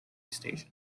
station